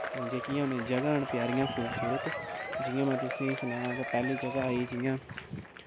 जेह्कियां न जगह् न प्यारियां खूबसुरत जियां में तुसें सनां तां जगह् आई जियां